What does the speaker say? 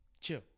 chill